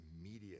immediate